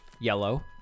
yellow